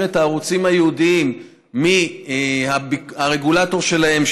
את הערוצים הייעודיים מהרגולטור שלהם,